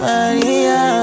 Maria